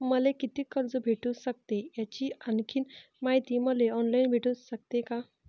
मले कितीक कर्ज भेटू सकते, याची आणखीन मायती मले ऑनलाईन भेटू सकते का?